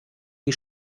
die